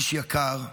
איש יקר,